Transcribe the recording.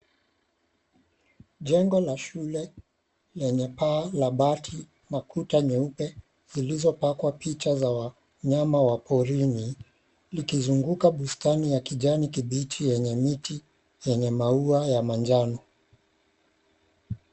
Jengo la shule, lenye paa la bati na kuta nyeupe zilizopakwa picha za wanyama wa porini, likizunguka bustani ya kijani kibichi yenye miti yenye maua ya manjano.